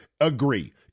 agree